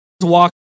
walk